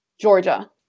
Georgia